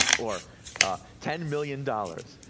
or ten million dollars,